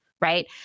Right